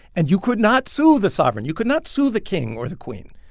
and you could not sue the sovereign. you could not sue the king or the queen.